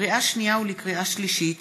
לקריאה שנייה ולקריאה שלישית: